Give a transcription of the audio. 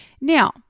Now